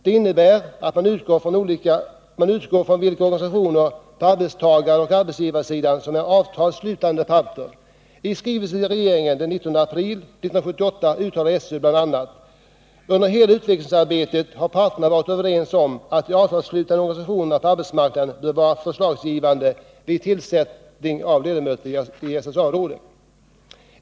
Den innebär att man utgår från vilka organisationer på arbetstagaroch arbetsgivarsidan som är avtalsslutande parter. I skrivelse till regeringen den 19 april 1978 uttalar SÖ bl.a. att ”under hela utvecklingsarbetet har parterna varit överens om att de avtalsslutande organisationerna på arbetsmarknaden bör vara förslagsgivande vid tillsättning av ledamöter i SSA-råden”.